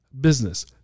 business